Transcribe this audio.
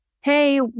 hey